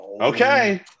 Okay